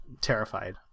terrified